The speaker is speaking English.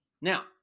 now